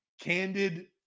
candid